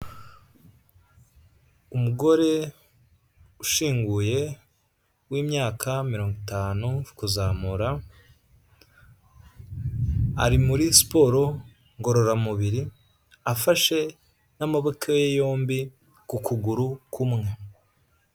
Umugore ushinguye w'imyaka mirongo itanu kuzamura, ari muri siporo ngororamubiri, afashe n'amaboko ye yombi ku kuguru kumwe.